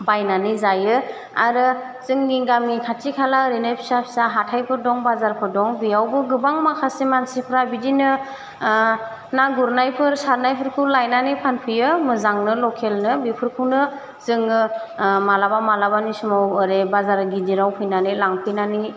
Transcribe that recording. बायनानै जायो आरो जोंनि गामि खाथि खाला ओरैनो फिसा फिसा हाथाइफोर दं बाजारफोर दं बेयावबो गोबां माखासे मानसिफ्रा बिदिनो ना गुरनायफोर सारनायफोरखौ लायनानै फानफैयो मोजांनो लखेलनो बेफोरखौनो जोङो मालाबा मालाबानि समाव ओरै बाजार गिदिराव फैनानै लांफैनानै